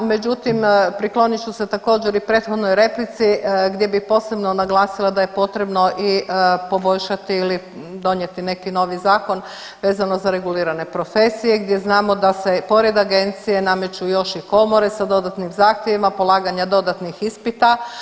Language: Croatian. Međutim, priklonit ću se također i prethodnoj replici gdje bih posebno naglasila da je potrebno i poboljšati ili donijeti neki novi zakon vezano za regulirane profesije gdje znamo da se pored agencije nameću još i komore sa dodatnim zahtjevima polaganja dodatnih ispita.